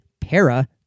Para